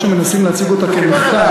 אף שמנסים להציג אותה כמחטף.